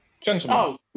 Gentlemen